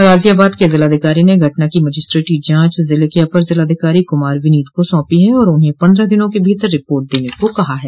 गाजियाबाद के जिलाधिकारी ने घटना की मजिस्ट्रेटी जांच जिले के अपर जिलाधिकारी कुमार विनीत को सौंपी है और उन्हें पन्द्रह दिनों के भीतर रिपोर्ट देने को कहा है